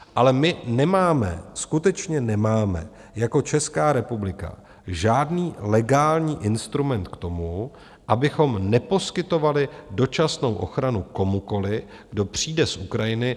Ale my nemáme, skutečně nemáme jako Česká republika žádný legální instrument k tomu, abychom neposkytovali dočasnou ochranu komukoliv, kdo přijde z Ukrajiny po 24.